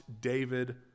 David